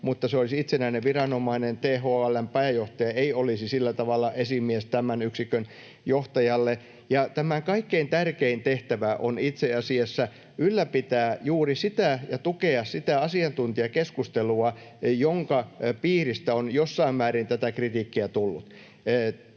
mutta se olisi itsenäinen viranomainen — THL:n pääjohtaja ei olisi sillä tavalla esimies tämän yksikön johtajalle. Ja tämän kaikkein tärkein tehtävä on itse asiassa ylläpitää ja tukea juuri sitä asiantuntijakeskustelua, jonka piiristä on jossain määrin tätä kritiikkiä tullut.